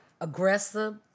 aggressive